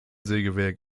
sägewerk